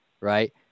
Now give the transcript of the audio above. right